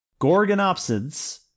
Gorgonopsids